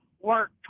work